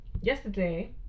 yesterday